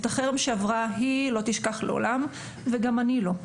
את החרם שעברה היא לא תשכח לעולם וגם אני לא.